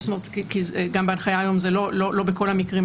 כי גם בהנחיה היום זה לא בכל המקרים,